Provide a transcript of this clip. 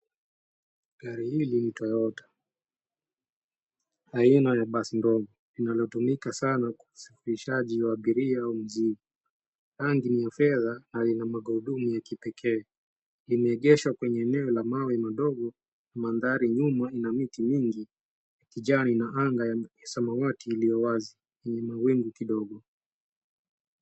Gari hili ni Toyota. Aina ya basi ndogo linalotumika sana kwa usafirishaji wa abiria au mizigo. Rangi ni fedha na ina magurudumu ya kipekee. Imeegeshwa kwenye eneo la mawe madogo. Mandhari nyuma ina miti mingi ya kijani na anga ya samawati iliyo wazi, yenye na mawingu kidogo.